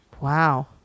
Wow